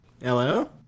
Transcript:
Hello